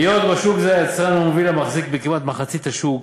היות שבשוק זה היצרן המוביל מחזיק בכמעט מחצית מהשוק,